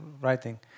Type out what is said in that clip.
writing